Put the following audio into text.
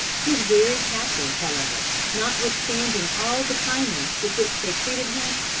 his wary captors however, notwithstanding all the kindness with which they treated him,